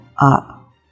up